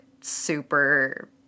super